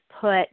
put